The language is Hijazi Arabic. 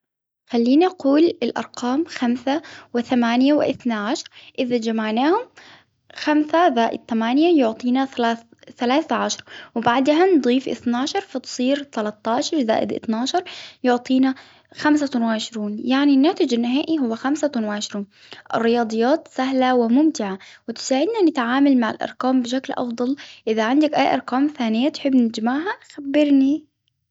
خليني أقول الأرقام خمسة وثمانية واثني عشر إذا جمعناهم خمسة زائد ثمانية يعطيناثلا- ثلاثة عشر وبعدها نضيف اثنى عشر فتصير ثلاثة عشر زائد اثني عشر يعطينا خمسة وعشرون يعني الناتج النهائي هو خمسة وعشرون، الرياضيات سهلة وممتعة وتساعدنا نتعامل مع الأرقام بشكل أفضل، إذا عندك أي أرقام ثانية تحب نجمعها خبرني.